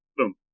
Boom